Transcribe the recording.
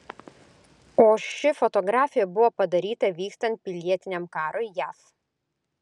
o ši fotografija buvo padaryta vykstant pilietiniam karui jav